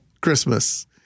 Christmas